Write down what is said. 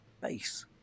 base